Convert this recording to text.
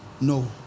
No